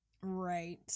Right